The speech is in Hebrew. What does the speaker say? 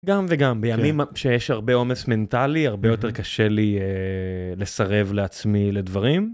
גם וגם בימים שיש הרבה עומס מנטלי, הרבה יותר קשה לי לסרב לעצמי לדברים.